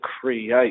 create